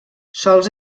sols